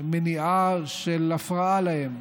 ולמנוע הפרעה להם.